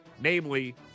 Namely